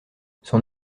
son